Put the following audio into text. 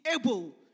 able